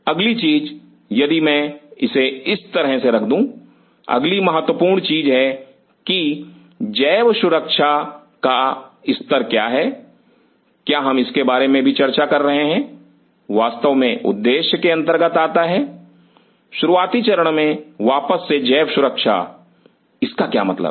अगली चीज यदि मैं इसे इस तरह से रख दूं अगली महत्वपूर्ण चीज है कि जैव सुरक्षा का स्तर क्या है क्या हम इसके बारे में भी चर्चा कर रहे हैं वास्तव में उद्देश्य के अंतर्गत आता है शुरुआती चरण में वापस से जैव सुरक्षा इसका क्या मतलब है